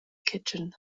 kitchen